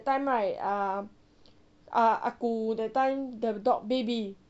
time right ah ah ah gu the time the dog baby